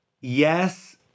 Yes